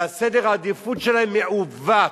וסדר העדיפות שלהם מעוות.